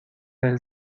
del